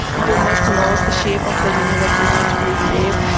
they must know the shape of the universe in which we live,